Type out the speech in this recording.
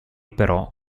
però